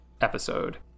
episode